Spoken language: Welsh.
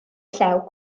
llew